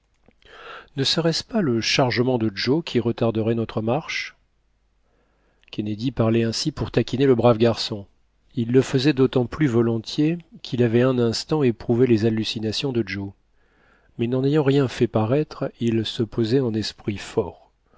ne serait-ce pas le chargement de joe qui retarderait notre marche kennedy parlait ainsi pour taquiner le brave garçon il le faisait d'autant plus volontiers qu'il avait un instant éprouvé les hallucinations de joe mais n'en ayant rien fait paraître il se posait en esprit fort